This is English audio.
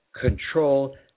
control